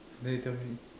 then he tell me